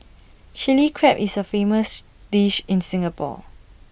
Chilli Crab is A famous dish in Singapore